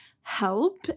help